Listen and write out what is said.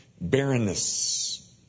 Barrenness